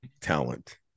talent